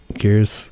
gears